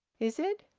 is it?